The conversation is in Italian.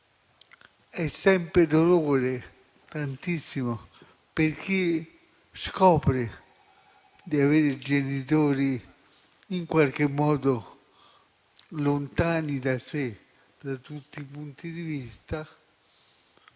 È sempre dolore, tantissimo, per chi scopre di avere i genitori in qualche modo lontani da sé, da tutti i punti di vista.